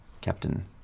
Captain